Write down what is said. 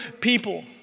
people